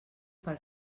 per